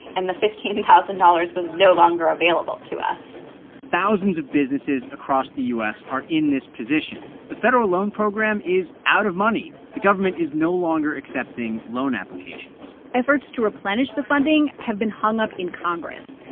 and the fifteen thousand dollars was no longer available to us thousands of businesses across the u s. are in this position. the federal loan program is out of money. the government is no longer accepting loan applications efforts to replenish the funding have been hung up in congress.